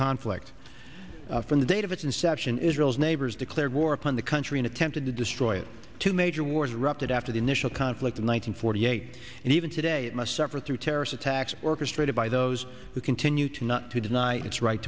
conflict from the date of its inception israel's neighbors declared war upon the country in attempting to destroy it two major wars wrapped it after the initial conflict in one thousand forty eight and even today it must suffer through terrorist attacks orchestrated by those who continue to not to deny its right